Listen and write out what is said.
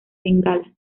bengala